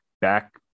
back